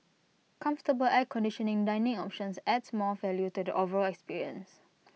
comfortable air conditioning dining options adds more value to the overall experience